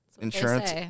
insurance